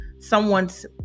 someone's